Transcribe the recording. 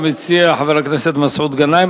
תודה למציע חבר הכנסת מסעוד גנאים.